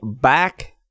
back